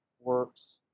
works